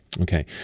okay